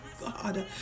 God